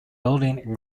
building